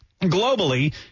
globally